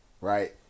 Right